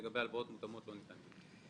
לגבי הלוואות מותאמות לא ניתן גילוי.